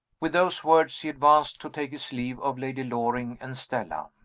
with those words, he advanced to take his leave of lady loring and stella.